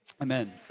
amen